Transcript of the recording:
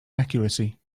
accuracy